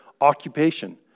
occupation